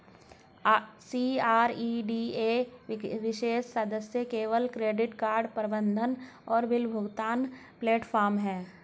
CRED एक विशेष सदस्य केवल क्रेडिट कार्ड प्रबंधन और बिल भुगतान प्लेटफ़ॉर्म है